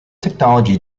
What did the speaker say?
technology